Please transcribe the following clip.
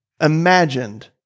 imagined